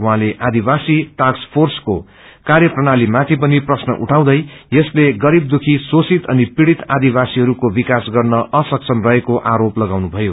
उहाँले आदिवासी आस्क फ्रेसको कार्यप्रणलीमाथि पनि प्रश्न उठाउँदै यसले गगरीब दुःखी शोषित अनि पीड़ित आदिवासीहरूको विकास गर्न असक्षम रहेको आरोप लगाउनुभयो